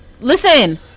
listen